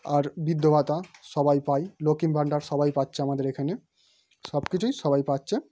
আর বৃদ্ধভাতা সবাই পায় লক্ষ্মীর ভাণ্ডার সবাই পাচ্ছে আমাদের এখানে সব কিছুই সবাই পাচ্ছে